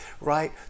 right